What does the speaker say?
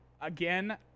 Again